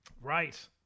Right